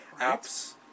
apps